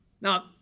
Now